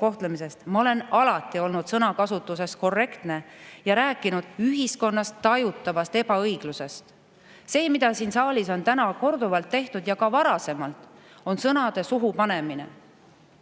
kohtlemisest, ma olen alati olnud sõnakasutuses korrektne ja rääkinud ühiskonnas tajutavast ebaõiglusest. See, mida siin saalis on täna korduvalt tehtud ja ka varasemalt, on sõnade suhu panemine. Veel